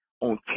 on